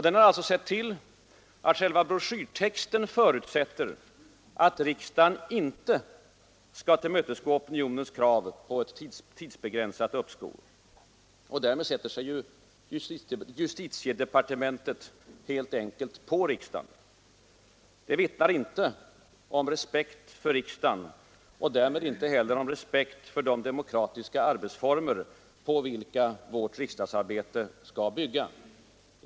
Den har alltså sett till att själva broschyrtexten förutsätter att riksdagen inte kommer att tillmötesgå opinionens krav på ett tidsbegränsat uppskov. Justitiedepartementet ”sätter sig” därmed helt enkelt på riksdagen. Det vittnar inte om respekt för riksdagen och därmed inte heller om respekt för de demokratiska arbetsformer på vilka riksdagsarbetet skall bygga.